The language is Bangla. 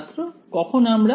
ছাত্র কখন আমরা